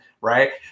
right